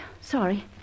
Sorry